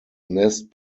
nest